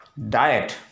Diet